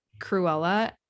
Cruella